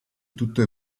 tutto